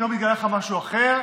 ופתאום התגלה לך משהו אחר.